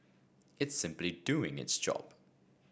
it's simply doing its job